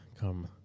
come